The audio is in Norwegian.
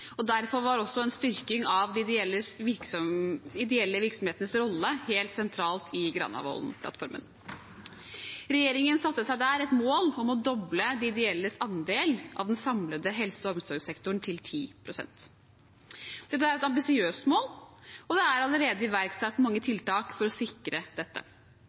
og derfor var også en styrking av de ideelle virksomhetenes rolle helt sentralt i Granavolden-plattformen. Regjeringen satte seg der et mål om å doble de ideelles andel av den samlede helse- og omsorgssektoren til 10 pst. Dette er et ambisiøst mål, og det er allerede iverksatt mange tiltak for å sikre dette.